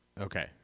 Okay